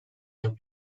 yıl